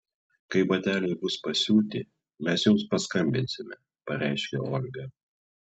kai bateliai bus pasiūti mes jums paskambinsime pareiškė olga